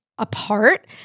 apart